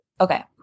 Okay